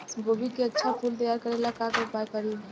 गोभी के अच्छा फूल तैयार करे ला का उपाय करी?